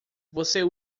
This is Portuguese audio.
você